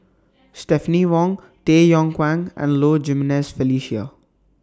Stephanie Wong Tay Yong Kwang and Low Jimenez Felicia